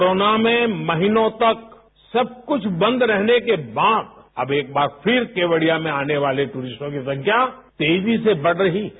corona में महीनों तक सब कुछ बंद रहने के बाद अब एक बार फिर केवड़िया में आने वाले टूरिस्टों की संख्या तेजी से बढ़ रही है